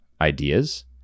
ideas